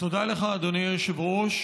תודה לך, אדוני היושב-ראש.